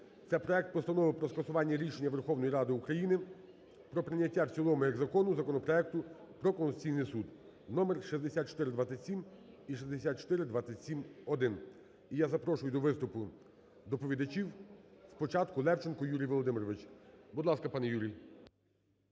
це проект Постанови про скасування рішення Верховної Ради України про прийняття в цілому як закону законопроект Про Конституційний Суд (номер 6427 і 6427-1). І я запрошую до виступу доповідачів. Спочатку Левченко Юрій Володимирович. Будь ласка, пане Юрій.